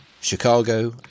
chicago